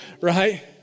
Right